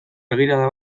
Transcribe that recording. begirada